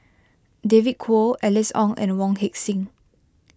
David Kwo Alice Ong and Wong Heck Sing